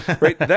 right